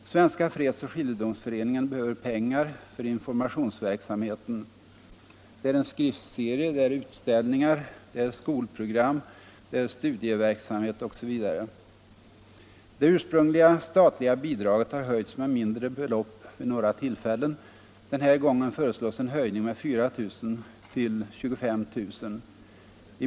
Svenska fredsoch skiljedomsföreningen behöver pengar för informationsverksamhet: en skriftserie, utställningar, skolprogram, studieverksamhet osv. Det urpsrungliga statliga bidraget har höjts med mindre belopp vid några tillfällen. Den här gången föreslås en höjning med 4000 kr. till 25000 kr.